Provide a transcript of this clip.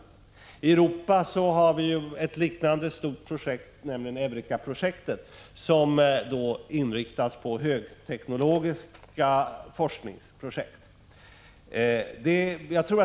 I Europa har vi ett liknande stort projekt, nämligen Eureka-projektet, som är inriktat på högteknologi.